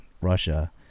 Russia